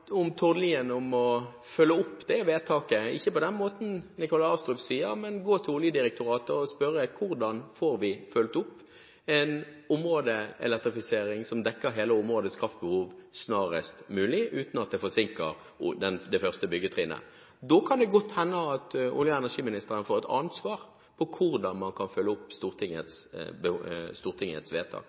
om å følge opp det vedtaket, ikke på den måten Nikolai Astrup sier, men ved å gå til Oljedirektoratet og spørre om hvordan vi får fulgt opp en områdeelektrifisering som dekker hele områdets kraftbehov snarest mulig uten at det forsinker det første byggetrinnet. Da kan det godt hende at olje- og energiministeren får et annet svar på hvordan man kan følge opp Stortingets vedtak.